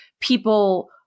people